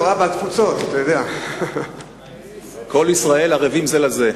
כל ישראל ערבים זה לזה.